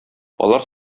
алар